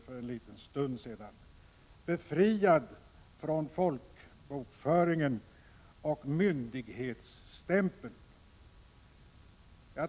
Kyrkan blir befriad från folkbokföringen och myndighetsstämpeln.